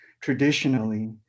traditionally